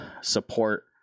support